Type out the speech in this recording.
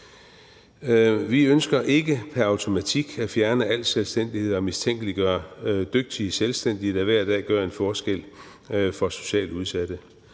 Vi ønsker ikke pr. automatik at fjerne al selvstændighed og mistænkeliggøre dygtige selvstændige, der hver dag gør en forskel for socialt udsatte.